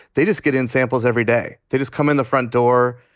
they just get in samples every day. they just come in the front door.